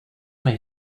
may